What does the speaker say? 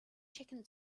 chicken